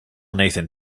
nathan